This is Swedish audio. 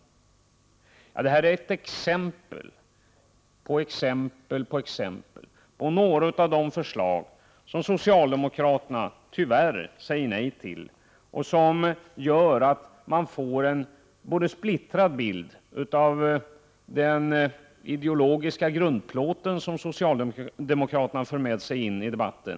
Detta var ytterligare exempel på några av de förslag som socialdemokraterna tyvärr säger nej till. Det gör att man får en något splittrad bild av den ideologiska grund som socialdemokraterna för med sig in i debatten.